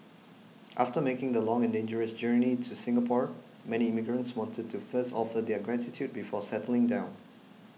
after making the long and dangerous journey to Singapore many immigrants wanted to first offer their gratitude before settling down